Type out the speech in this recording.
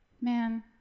Man